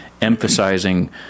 emphasizing